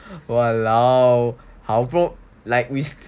!walao! how like we